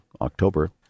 October